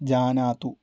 जानातु